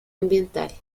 ambiental